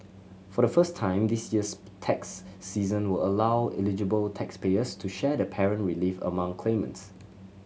for the first time this year's tax season will allow eligible taxpayers to share the parent relief among claimants